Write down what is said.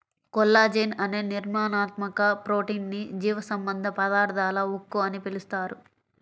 collagen అనే నిర్మాణాత్మక protein ని జీవసంబంధ పదార్థాల ఉక్కు అని పిలుస్తారు